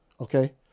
Okay